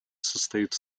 состоит